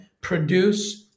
produce